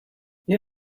you